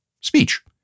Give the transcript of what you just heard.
speech